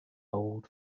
old